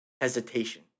hesitation